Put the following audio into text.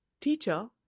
teacher